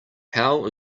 how